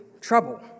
trouble